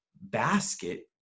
basket